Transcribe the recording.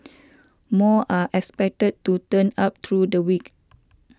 more are expected to turn up through the week